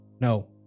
No